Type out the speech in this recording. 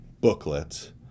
booklet